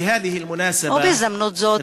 בהזדמנות זו,